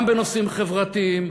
גם בנושאים חברתיים,